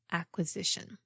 acquisition